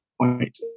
point